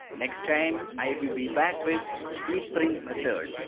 next time i will be back with eprint mathod,